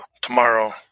Tomorrow